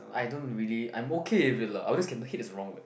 I don't really I'm okay with it lah I would just okay hate is a wrong word